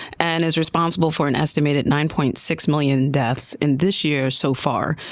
and is responsible for an estimated nine point six million deaths in this year so far.